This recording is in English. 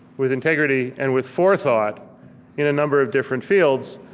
with integrity, and with forethought in a number of different fields,